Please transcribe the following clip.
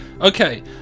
okay